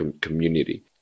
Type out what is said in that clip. community